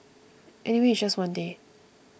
anyway it's just one day